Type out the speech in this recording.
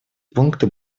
пункты